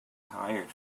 tired